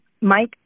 Mike